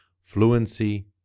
Fluency